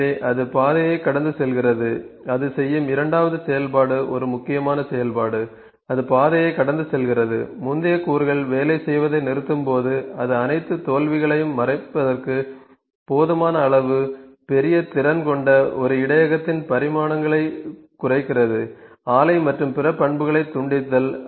எனவே அது பாதையை கடந்து செல்கிறது அது செய்யும் இரண்டாவது செயல்பாடு ஒரு முக்கியமான செயல்பாடு அது பாதையை கடந்து செல்கிறது முந்தைய கூறுகள் வேலை செய்வதை நிறுத்தும்போது அது அனைத்து தோல்விகளையும் மறைப்பதற்கு போதுமான அளவு பெரிய திறன் கொண்ட ஒரு இடையகத்தின் பரிமாணங்களை குறைக்கிறது ஆலை மற்றும் பிற பண்புகளை துண்டித்தல்